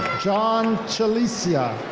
john chilesia.